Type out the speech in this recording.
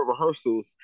rehearsals